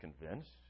convinced